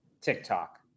TikTok